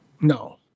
No